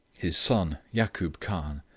his son, yakoob khan,